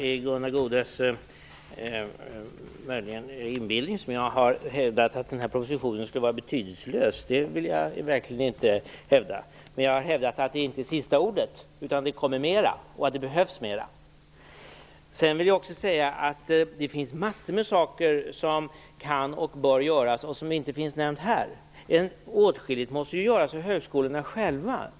Fru talman! Det är möjligen bara i Gunnar Goudes inbillning som jag har hävdat att den här propositionen skulle vara betydelselös. Jag vill verkligen inte hävda att så skulle vara fallet. Jag hävdar däremot att detta inte är sista ordet, utan det kommer mera och det behövs mera. Det finns massor med saker som kan och bör göras och som inte nämns här. Åtskilligt måste göras av högskolorna själva.